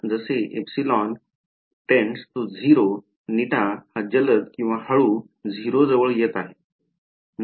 आता जसे ε🡪 0 η हा जलद किंवा हळू 0 जवळ येत आहे η2ε